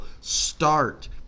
start